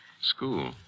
School